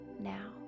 now